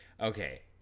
Okay